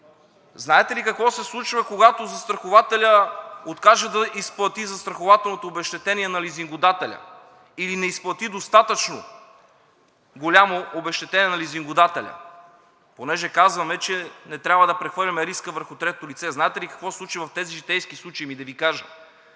Знаете ли какво се случва, когато застрахователят откаже да изплати застрахователното обезщетение на лизингодателя, или не изплати достатъчно голямо обезщетение на лизингодателя? Понеже казваме, че не трябва да прехвърляме риска върху трето лице, знаете ли какво се случи в тези житейски случаи? Ами да Ви кажа.